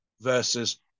versus